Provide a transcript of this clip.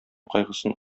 кайгысын